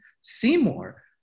seymour